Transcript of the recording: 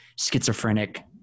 schizophrenic